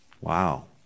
wow